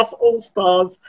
all-stars